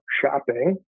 shopping